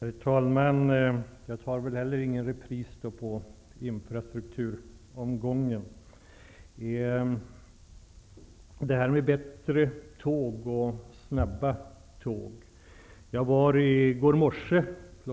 Herr talman! Jag tar väl då inte heller infrastrukturomgången i repris. När det gäller snabba tåg kan jag berätta att jag kl.